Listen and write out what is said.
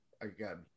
Again